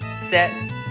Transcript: set